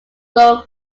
lower